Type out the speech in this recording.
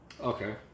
Okay